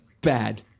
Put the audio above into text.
bad